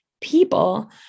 people